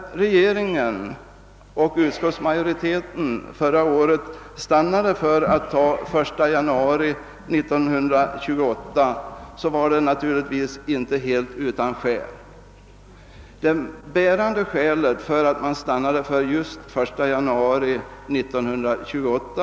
Givetvis var det inte helt utan orsak som regeringen och utskottets majoritet förra året stannade för den 1 januari 1928.